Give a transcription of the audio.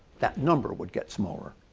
that number would get smaller.